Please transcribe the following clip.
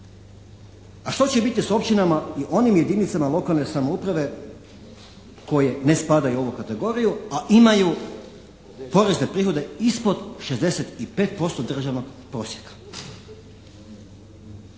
A što će biti s općinama i onim jedinicama lokalne samouprave koje ne spadaju u ovu kategoriju a imaju porezne prihode ispod 65% državnog prosjeka?